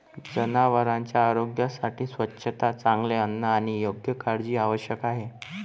जनावरांच्या आरोग्यासाठी स्वच्छता, चांगले अन्न आणि योग्य काळजी आवश्यक आहे